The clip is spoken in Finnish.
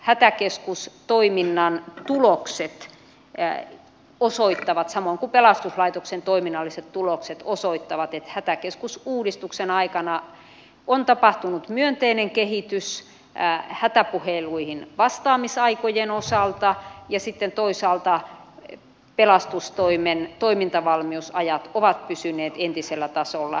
myös hätäkeskustoiminnan tulokset samoin kuin pelastuslaitoksen toiminnalliset tulokset osoittavat että hätäkeskusuudistuksen aikana on tapahtunut myönteinen kehitys hätäpuheluihin vastaamisaikojen osalta ja sitten toisaalta pelastustoimen toimintavalmiusajat ovat pysyneet entisellä tasolla